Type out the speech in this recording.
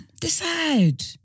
decide